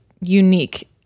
unique